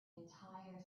entire